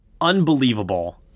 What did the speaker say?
unbelievable